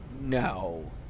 No